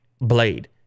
blade